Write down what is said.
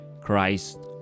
Christ